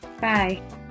Bye